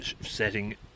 setting